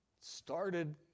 Started